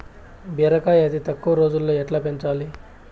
బీరకాయ అతి తక్కువ రోజుల్లో ఎట్లా పెంచాలి?